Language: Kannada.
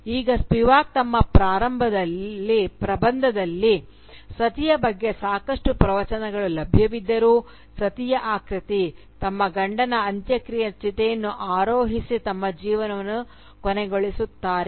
ಈಗ ಸ್ಪಿವಾಕ್ ತಮ್ಮ ಪ್ರಬಂಧದಲ್ಲಿ ಸತಿಯ ಬಗ್ಗೆ ಸಾಕಷ್ಟು ಪ್ರವಚನಗಳು ಲಭ್ಯವಿದ್ದರೂ ಸತಿಯ ಆಕೃತಿ ತಮ್ಮ ಗಂಡನ ಅಂತ್ಯಕ್ರಿಯೆಯ ಚಿತೆಯನ್ನು ಆರೋಹಿಸಿ ತಮ್ಮ ಜೀವನವನ್ನು ಕೊನೆಗೊಳಿಸುತ್ತಾರೆ